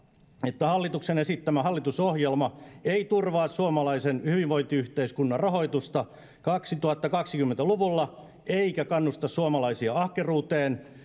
että hallituksen esittämä hallitusohjelma ei turvaa suomalaisen hyvinvointiyhteiskunnan rahoitusta kaksituhattakaksikymmentä luvulla eikä kannusta suomalaisia ahkeruuteen